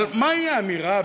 אבל מהי האמירה,